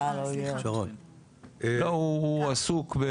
לא, הוא עסוק.